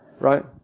right